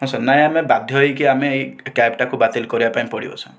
ହଁ ସାର୍ ନାହିଁ ଆମେ ବାଧ୍ୟ ହୋଇକି ଆମେ ଏ କ୍ୟାବଟାକୁ ବାତିଲ କରିବା ପାଇଁ ପଡ଼ିବ ସାର୍